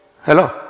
Hello